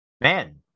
Man